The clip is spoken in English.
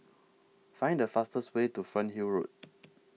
Find The fastest Way to Fernhill Road